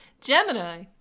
Gemini